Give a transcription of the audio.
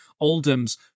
Oldham's